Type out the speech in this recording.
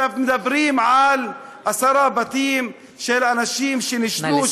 מדברים על עשרה בתים של אנשים שנישלו,